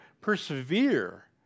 persevere